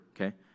okay